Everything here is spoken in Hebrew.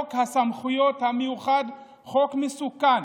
חוק הסמכויות המיוחד: "זה חוק מסוכן,